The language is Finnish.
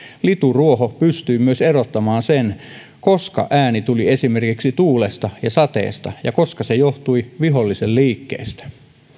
lituruoho pystyy myös erottamaan sen koska ääni tuli esimerkiksi tuulesta ja sateesta ja koska se johtui vihollisen liikkeistä